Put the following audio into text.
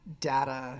data